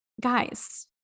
guys